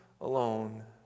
alone